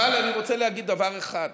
אבל אני רוצה להגיד דבר אחד: